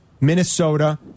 Minnesota